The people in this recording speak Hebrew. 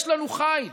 יש לנו חיל,